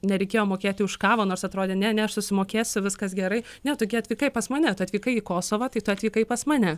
nereikėjo mokėti už kavą nors atrodė ne ne aš susimokėsiu viskas gerai ne tu gi atvykai pas mane tu atvykai į kosovą tai tu atvykai pas mane